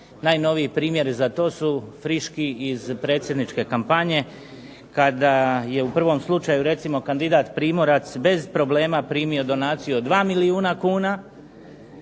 Najnoviji primjeri za to su friški iz predsjedničke kampanje kada je u prvom slučaju recimo kandidat Primorac bez problema primio donaciju od 2 milijuna kuna,